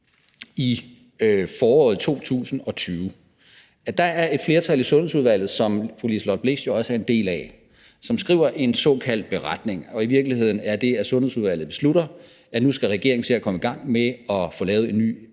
i foråret 2020, at der er et flertal i Sundheds- og Ældreudvalget, som fru Liselott Blixt jo også er en del af, som skriver en såkaldt beretning, og i virkeligheden er det, at Sundheds- og Ældreudvalget beslutter, at nu skal regeringen se at komme i gang med at få lavet en ny